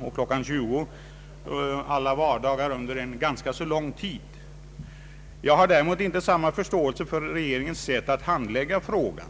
9 och 20 alla vardagar under en ganska lång tid. Vad jag däremot inte har samma förståelse för är regeringens sätt att handlägga frågan.